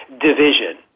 division